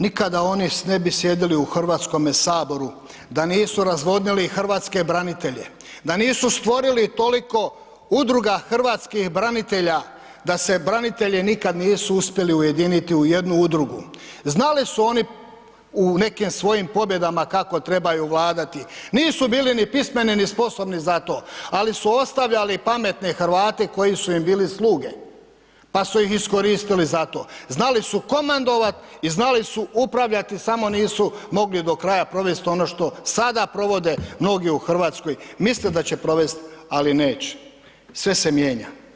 Nikada oni ne bi sjedili u HS da nisu razvodnili hrvatske branitelje, da nisu stvorili toliko udruga hrvatskih branitelja, da se branitelji nikad nisu uspjeli ujediniti u jednu udrugu, znali su oni u nekim svojim pobjedama kako trebaju vladati, nisu bili ni pismeni, ni sposobni za to, ali su ostavljali pametne Hrvate koji su im bili sluge, pa su ih iskoristili za to, znali su komandovat i znali su upravljati samo nisu mogli do kraja provest ono što sada provode mnogi u RH, misle da će provest, ali neće, sve se mijenja.